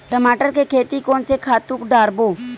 टमाटर के खेती कोन से खातु डारबो?